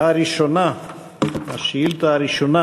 השאילתה הראשונה